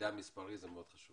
מידע מספרי, זה מאוד חשוב.